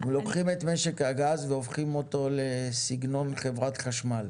לקוחים את משק הגז ואנחנו הופכים אותו לסגנון חברת חשמל.